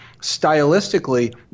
stylistically